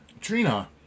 Trina